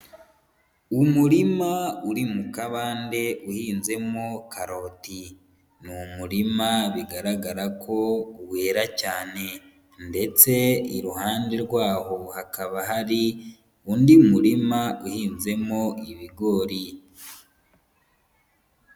Umurima uri mu kabande uhinzemo karoti, ni umurima bigaragara ko wera cyane ndetse iruhande rwaho hakaba hari undi murima uhinzemo ibigori.